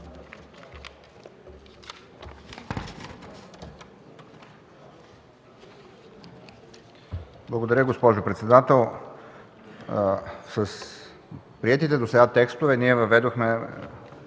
Благодаря, госпожо председател. С приетите досега текстове ние въведохме